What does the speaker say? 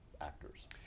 actors